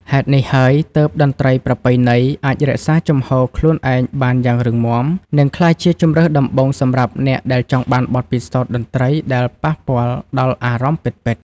ហេតុនេះហើយ ទើបតន្ត្រីប្រពៃណី អាចរក្សាជំហរខ្លួនឯងបានយ៉ាងរឹងមាំ និងក្លាយជាជម្រើសដំបូងសម្រាប់អ្នកដែលចង់បានបទពិសោធន៍តន្ត្រីដែលប៉ះពាល់ដល់អារម្មណ៍ពិតៗ។